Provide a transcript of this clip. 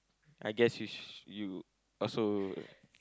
I guess you s~ you also